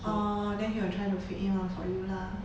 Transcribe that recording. orh then he will try to fit in lah for you lah